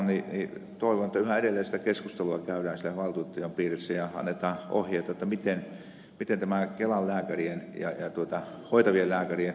toivon että yhä edelleen sitä keskustelua käydään siellä valtuutettujen piirissä ja annetaan ohjeita miten tämä kelan hoitavien lääkärien ongelma saadaan ratkaistua